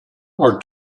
are